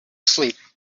asleep